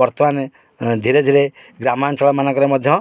ବର୍ତ୍ତମାନେ ଧୀରେ ଧୀରେ ଗ୍ରାମାଞ୍ଚଳ ମାନଙ୍କରେ ମଧ୍ୟ